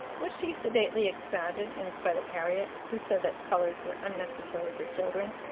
which she sedately expounded, in spite of harriet, who said that colours were unnecessary for children,